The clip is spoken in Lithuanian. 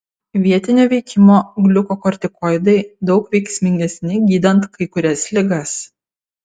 vietinio veikimo gliukokortikoidai daug veiksmingesni gydant kai kurias ligas